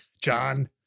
John